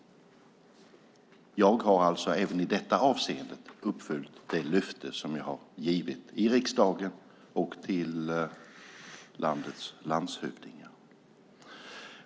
Jag har alltså även i detta avseende uppfyllt det löfte som jag givit i riksdagen och till landets landshövdingar.